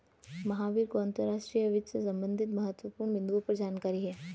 महावीर को अंतर्राष्ट्रीय वित्त से संबंधित महत्वपूर्ण बिन्दुओं पर जानकारी है